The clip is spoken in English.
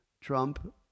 Trump